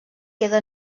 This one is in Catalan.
queda